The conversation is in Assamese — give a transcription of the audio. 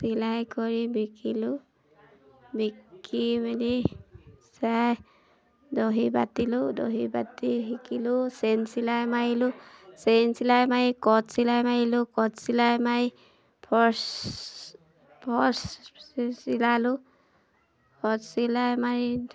চিলাই কৰি বিকিলোঁ বিকি মেলি চাই দহি বাতিলোঁ দহি বাতি শিকিলোঁ চেইন চিলাই মাৰিলোঁ চেইন চিলাই মাৰি কট চিলাই মাৰিলোঁ কট চিলাই মাৰি ফছ ফছ চিলালোঁ ফছ চিলাই মাৰি